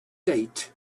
date